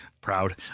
Proud